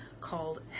called